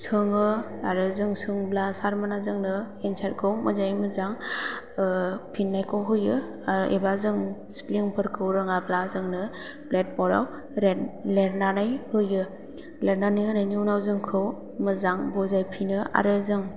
सोङो आरो जों सोंब्ला सारमोनहा जोंनो एनसारखौ मोजाङै मोजां फिननायखौ होयो आरो एबा जों सिफ्लिंफोरखौ रोङाबा जोंनो ब्लेकबर्डआव लिर लिरनानै होयो लिरनानै होनायनि उनाव जोंखौ मोजां बुजायफिनो आरो जों